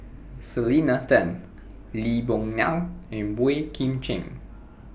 Selena Tan Lee Boon Ngan and Boey Kim Cheng